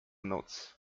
noc